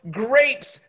grapes